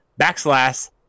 backslash